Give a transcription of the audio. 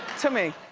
to me.